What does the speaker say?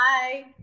Bye